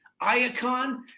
Icon